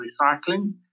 recycling